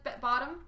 bottom